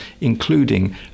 including